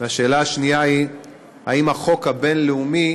2. האם החוק הבין-לאומי